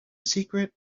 secret